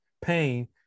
pain